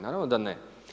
Naravno da ne.